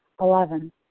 Eleven